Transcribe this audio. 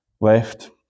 left